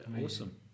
Awesome